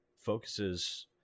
focuses